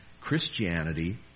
Christianity